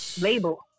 label